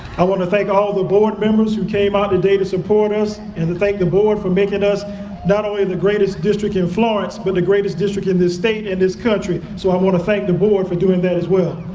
i want to thank all the board members who came out today to support us and thank the board for making us not only the greatest district in florence but the greatest district in this state and country so i want to thank the board for doing that as well.